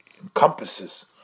encompasses